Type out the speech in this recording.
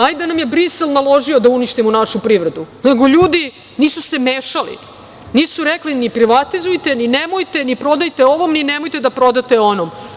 Hajde da nam je Brisel naložio da uništimo našu privredu, nego ljudi se nisu mešali, nisu rekli ni privatizujte, ni nemojte, ni prodajte ovom, ni nemojte da prodate onom.